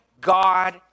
God